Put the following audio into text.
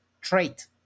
trait